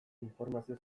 informazio